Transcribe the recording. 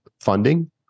funding